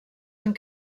han